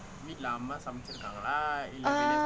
meat lamb or something